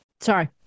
Sorry